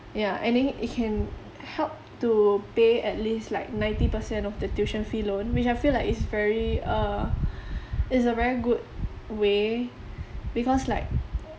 ya I think it can help to pay at least like ninety per cent of the tuition fee loan which I feel like is very uh it's a very good way because like